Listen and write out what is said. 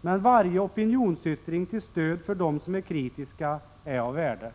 Men varje opinionsyttring som är till stöd för dem som är kritiska är av värde.